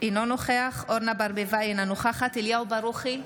אינו נוכח אורנה ברביבאי, אינה נוכחת אליהו ברוכי,